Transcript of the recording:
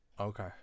Okay